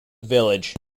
village